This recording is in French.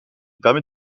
permet